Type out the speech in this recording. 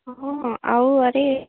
ହଁ ଆଉ ଆରେ